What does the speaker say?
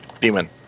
demon